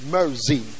Mercy